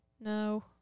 no